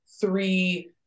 three